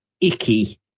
Icky